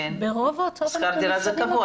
רוב ההוצאות --- שכר הדירה קבוע.